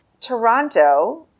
Toronto